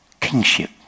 kingship